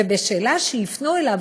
ועל שאלה שהפנו אליו,